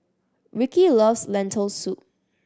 Rickey loves Lentil Soup